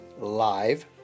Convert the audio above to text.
live